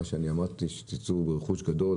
מה שאני אמרתי שתצאו ברכוש גדול.